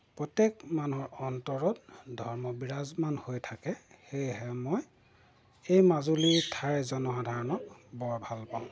প্ৰত্যেক মানুহৰ অন্তৰত ধৰ্ম বিৰাজমান হৈ থাকে সেয়েহে মই এই মাজুলী ঠাই জনসাধাৰণক বৰ ভালপাঁও